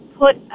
put